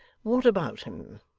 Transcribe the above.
what about him